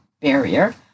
barrier